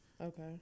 okay